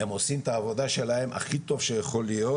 הם עושים את העבודה שלהם הכי טוב שיכול להיות,